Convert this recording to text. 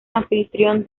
anfitrión